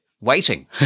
Waiting